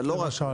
אבל לא רק,